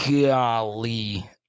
Golly